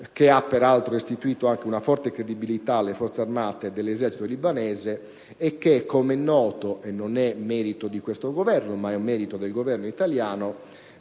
(che ha peraltro portato anche ad una forte credibilità delle Forze armate dell'esercito libanese), il che, com'è noto, non è merito di questo Governo, ma del Governo italiano.